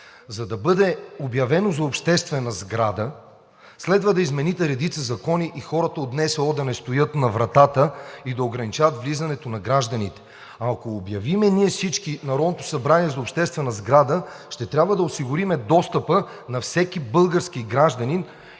За да бъде обявено за обществена сграда, следва да измените редица закони и хората от НСО да не стоят на вратата и да ограничават влизането на гражданите. Ако всички ние обявим Народното събрание за обществена сграда, ще трябва да осигурим достъпа на всеки български гражданин